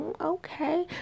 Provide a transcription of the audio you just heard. okay